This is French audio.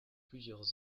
plusieurs